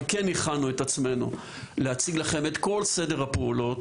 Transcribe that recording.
אבל כן הכנו את עצמנו להציג לכם את כל סדר הפעולות